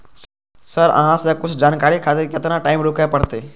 Sir अहाँ से कुछ जानकारी खातिर केतना टाईम रुके परतें?